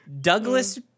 Douglas